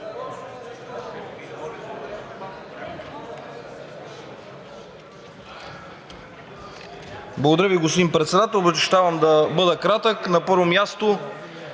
Благодаря Ви, господин Председател. Обещавам да бъда кратък. На първо място,